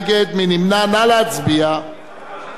הצעת חוק בתי-הדין הדתיים הדרוזיים (תיקון,